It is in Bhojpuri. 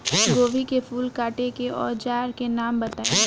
गोभी के फूल काटे के औज़ार के नाम बताई?